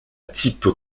type